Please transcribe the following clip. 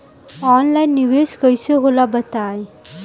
Online निवेस कइसे होला बताईं?